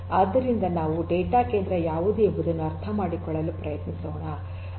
ಆದ್ದರಿಂದ ನಾವು ಡೇಟಾ ಕೇಂದ್ರ ಯಾವುದು ಎಂಬುದನ್ನು ಅರ್ಥಮಾಡಿಕೊಳ್ಳಲು ಪ್ರಯತ್ನಿಸೋಣ